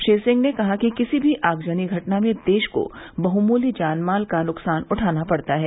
श्री सिंह ने कहा कि किसी भी आगजनी घटना में देश को बहुमुल्य जानमाल का नुकसान उठाना पड़ता है